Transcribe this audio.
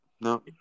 No